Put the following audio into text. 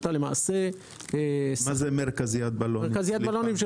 ואתה למעשה -- מה זה מרכזיית בלונים?